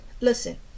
listen